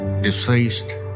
deceased